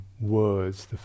words